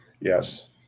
Yes